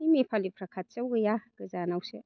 नेपालिफ्रा खाथियाव गैया गोजानावसो